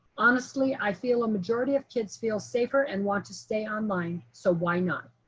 honestly, i feel a majority of kids feel safer and want to stay online. so why not?